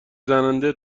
زننده